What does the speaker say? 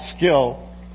skill